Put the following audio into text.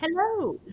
hello